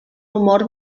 humor